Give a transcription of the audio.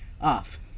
off